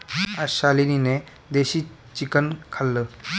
आज शालिनीने देशी चिकन खाल्लं